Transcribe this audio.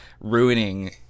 ruining